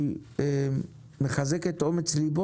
אני מחזק את הדובר על אומץ ליבו,